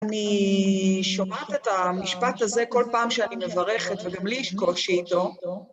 אני שומעת את המשפט הזה כל פעם שאני מברכת, וגם לי יש קושי איתו.